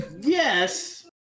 yes